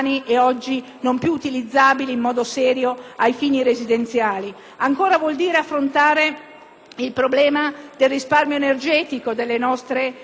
il problema del risparmio energetico delle nostre abitazioni, affrontare il tema dell'architettura sostenibile e della bioarchitettura.